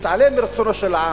מתעלם מרצונו של העם.